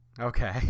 okay